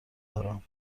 دارم